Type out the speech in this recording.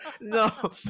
No